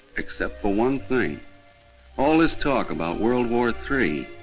except for one thing all this talk about world war three.